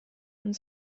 und